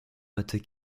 matée